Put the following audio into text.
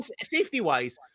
safety-wise